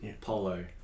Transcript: polo